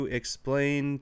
explain